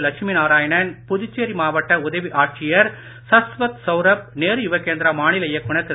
லட்சுமி நாராயணன் புதுச்சேரி மாவட்ட உதவி ஆட்சியர் சஷ்வத் சவுரப் நேரு யுவக்கேந்திரா மாநில இயக்குநர் திரு